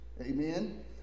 Amen